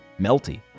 Melty